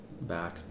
back